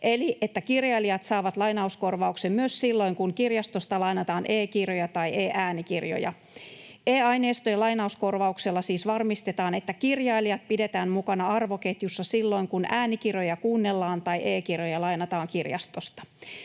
eli että kirjailijat saavat lainauskorvauksen myös silloin, kun kirjastosta lainataan e-kirjoja tai e-äänikirjoja. E-aineistojen lainauskorvauksella siis varmistetaan, että kirjailijat pidetään mukana arvoketjussa silloin, kun äänikirjoja kuunnellaan tai e-kirjoja lainataan kirjastosta.